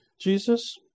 Jesus